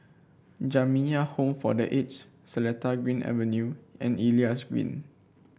Jamiyah Home for The Aged Seletar Green Avenue and Elias Green